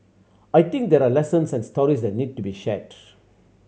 I think there are lessons and stories that need to be shared